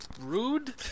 rude